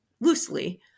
loosely